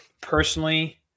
personally